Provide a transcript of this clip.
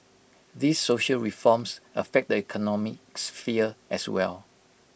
these social reforms affect the economic sphere as well